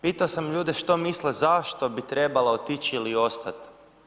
Pitao sam ljude što misle zašto bi trebala otići ili ostati?